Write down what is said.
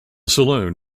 saloon